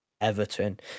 Everton